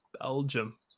Belgium